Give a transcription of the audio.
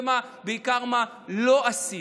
ובעיקר מה לא עשיתם?